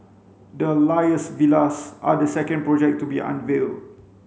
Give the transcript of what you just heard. the Alias Villas are the second project to be unveiled